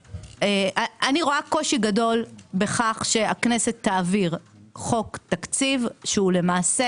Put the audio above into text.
אני רואה קושי גדול בכך שהכנסת תעביר חוק תקציב שהוא למעשה,